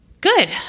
Good